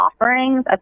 offerings